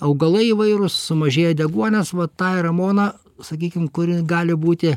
augalai įvairūs sumažėja deguonies va tai ramona sakykim kuri gali būti